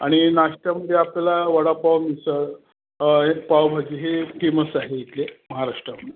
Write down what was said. आणि नाश्त्यामध्ये आपल्याला वडापाव मिसळ आहे पावभाजी हे फेमस आहे इथले महाराष्ट्रातनं